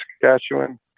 Saskatchewan